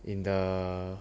in the